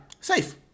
Safe